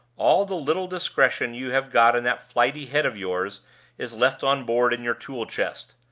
all the little discretion you have got in that flighty head of yours is left on board in your tool-chest.